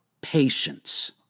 patience